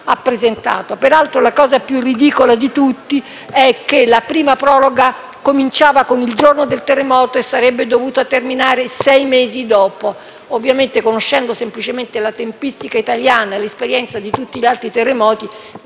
Peraltro, la cosa più ridicola è che la prima proroga, che cominciava il giorno del terremoto, sarebbe dovuta terminare sei mesi dopo. Ovviamente la tempistica italiana e l'esperienza di tutti gli altri terremoti